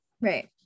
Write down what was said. Right